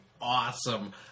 awesome